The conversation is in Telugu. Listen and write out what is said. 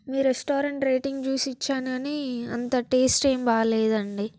మీ రెస్టారెంట్ రేటింగ్ చూసి ఇచ్చానని అంత టేస్ట్ ఏం బాగాలేదండి